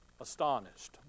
Astonished